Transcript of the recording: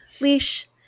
Leash